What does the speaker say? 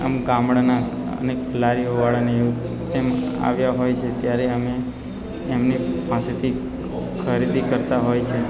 આમ ગામડાના અનેક લારીઓવાળાને તેમ આવ્યા હોય છે ત્યારે અમે એમની પાસેથી ખરીદી કરતાં હોય છીએ